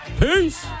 peace